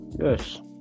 Yes